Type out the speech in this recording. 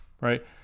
right